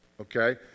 okay